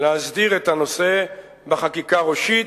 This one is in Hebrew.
להסדיר את הנושא בחקיקה ראשית,